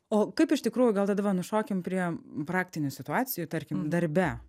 o kaip iš tikrųjų gal tada daba nušokim prie praktinių situacijų tarkim darbe